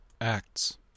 Acts